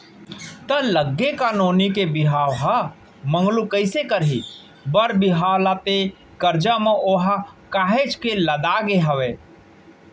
त लग गे का नोनी के बिहाव ह मगलू कइसे करही बर बिहाव ला ते करजा म ओहा काहेच के लदागे हवय